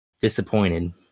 disappointed